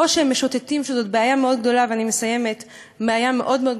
או הם משוטטים וזאת בעיה מאוד מאוד גדולה,